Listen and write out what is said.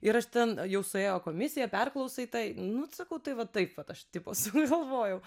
ir aš ten jau suėjo komisija perklausai tai nu sakau tai va taip vat aš tipo sugalvojau